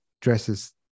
dresses